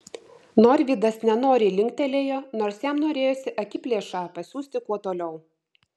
norvydas nenoriai linktelėjo nors jam norėjosi akiplėšą pasiųsti kuo toliau